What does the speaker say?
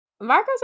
marco's